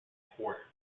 quartered